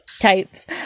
Tights